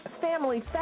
Family